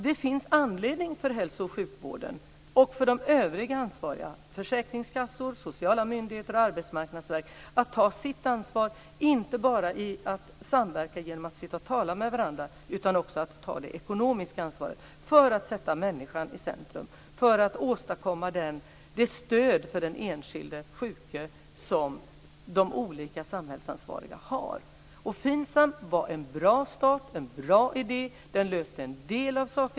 Det finns alltså anledning för hälso och sjukvården och för de övriga ansvariga, försäkringskassor, sociala myndigheter och arbetsmarknadsverk att ta sitt ansvar - inte bara genom att samverka genom att sitta och tala med varandra utan också genom att ta det ekonomiska ansvaret för att sätta människan i centrum och åstadkomma det stöd för den enskilde sjuke som de olika samhällsansvariga har. FINSAM var en bra start, en bra idé. FINSAM löste en del.